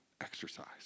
exercise